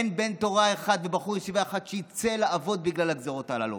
אין בן תורה אחד ובחור ישיבה אחד שיצא לעבוד בגלל הגזרות הללו,